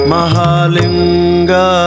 Mahalinga